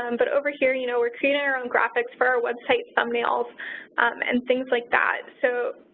um but over here, you know, we're creating our own graphics for our website, thumbnails and things like that. so,